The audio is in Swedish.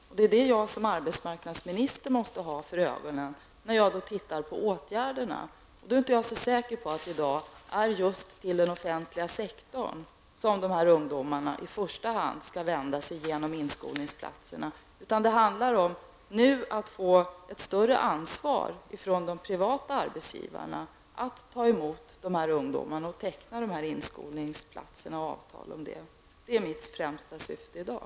Och det är detta som jag som arbetsmarknadsminister måste ha för ögonen när jag tittar på åtgärderna. Då är jag inte så säker på att det i dag är just till den offentliga sektorn som de här ungdomarna i första hand skall vända sig genom inskolningsplatserna. Nu handlar det om att de privata arbetsgivarna tar ett större ansvar när det gäller att ta emot dessa ungdomar och teckna avtal om dessa inskolningsplatser. Det är mitt främsta syfte i dag.